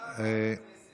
זה